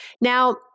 Now